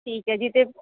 ਠੀਕ ਹੈ ਜੀ ਅਤੇ